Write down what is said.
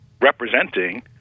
representing